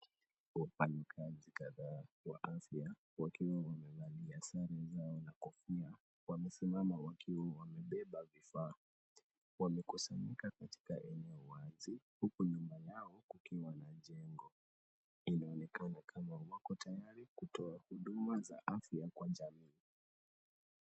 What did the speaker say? Wafanyikazi kadhaa wa afya, wakiwa wamevalia sare zao na kofia, wamesimama wakiwa wamebeba vifaa. Wamekusanyika katika eneo wazi, huku nyuma yao, kukiwa na jengo. Inaonekana kama wako tayari kutoa huduma za afya kwa jamii.